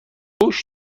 فحش